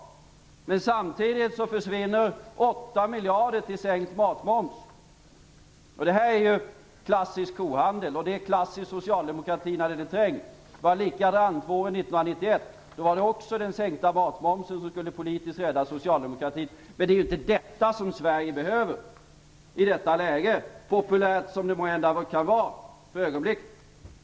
Men samtidigt försvinner 8 miljarder till sänkt matmoms. Det här är klassisk kohandel, och det är klassisk socialdemokrati när den är trängd. Det var likadant våren 1991, då det också var den sänkta matmomsen som skulle politiskt rädda socialdemokratin. Det är inte detta som Sverige behöver i detta läge - populärt som det måhända kan vara för ögonblicket.